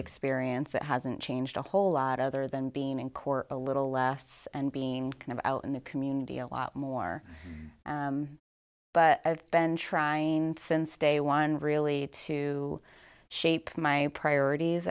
experience it hasn't changed a whole lot other than being in court a little less and being kind of out in the community a lot more but i've been trying since day one really to shape my priorities